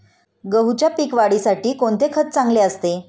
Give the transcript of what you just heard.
गहूच्या पीक वाढीसाठी कोणते खत चांगले असते?